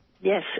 Yes